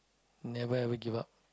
never ever give up